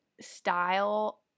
style